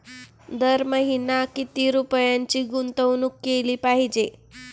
दर महिना किती रुपयांची गुंतवणूक केली पाहिजे?